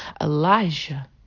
Elijah